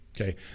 okay